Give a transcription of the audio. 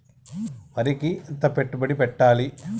వరికి ఎంత పెట్టుబడి పెట్టాలి?